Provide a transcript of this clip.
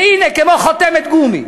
והנה, כמו חותמת גומי,